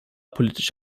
politisch